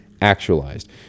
actualized